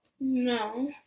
No